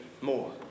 more